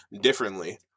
differently